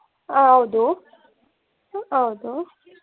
ಹಾಂ ಹೌದು ಹೌದು